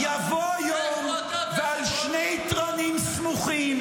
-- יבוא יום ועל שני תרנים סמוכים